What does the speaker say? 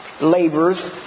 laborers